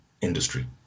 industry